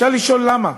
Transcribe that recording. אפשר לשאול למה.